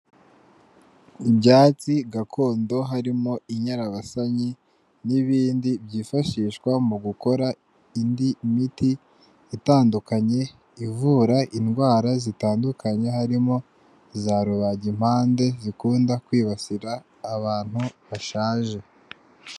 Ibyatsi gakondo harimo inyarabasanyi n'ibindi byifashishwa mu gukora indi miti itandukanye, ivura indwara zitandukanye harimo iza rubagimpande zikunda kwibasira abantu bashaje.